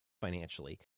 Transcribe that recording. financially